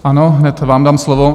Ano, hned vám dám slovo.